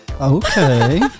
okay